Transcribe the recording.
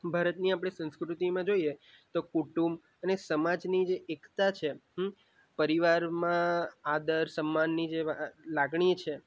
ભારતની આપણે સંસ્કૃતિમાં જોઈએ તો કુટુંબ અને સમાજની જે એકતા છે પરિવારમાં આદર સન્માનની જે લાગણી છે